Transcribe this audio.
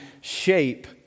shape